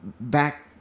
back